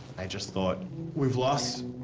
i just thought we've lost